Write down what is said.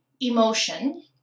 emotion